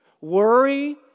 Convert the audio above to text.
Worry